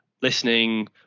listening